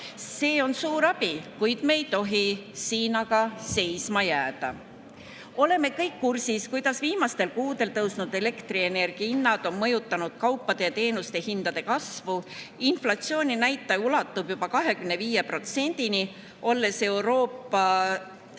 Sellest on suur abi, kuid me ei tohi siin seisma jääda. Oleme kõik kursis, kuidas viimastel kuudel tõusnud elektrienergia hind on mõjutanud kaupade ja teenuste hindade kasvu. Inflatsiooninäitaja ulatub juba 25%‑ni, olles Euroopa